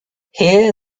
here